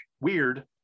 weird